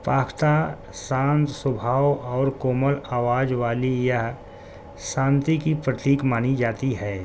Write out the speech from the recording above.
پاختہ سانت سبھاؤ اور کومل آوج والی یہ سانتی کی پرتییک مانی جاتی ہے